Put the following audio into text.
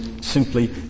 simply